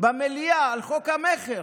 במליאה על חוק המכר.